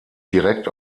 direkt